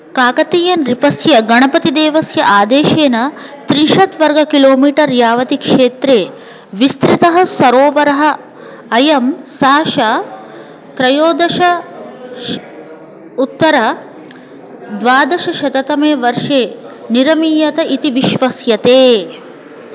काकतीयनृपस्य गणपतिदेवस्य आदेशेन त्रिंशत्वर्गः किलोमीटर् यावति क्षेत्रे विस्तृतः सरोवरः अयं सा श त्रयोदशोत्तरद्वादशततमे वर्षे निरमीयत इति विश्वस्यते